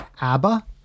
ABBA